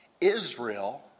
Israel